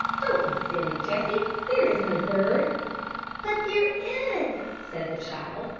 don't be silly, jessie there is no bird but there is said the child.